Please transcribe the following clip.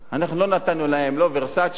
לא נתנו להם "ורסאצ'ה"